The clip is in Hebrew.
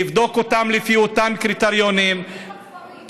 לבדוק אותם לפי אותם קריטריונים, לכפרים,